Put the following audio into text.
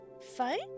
Fight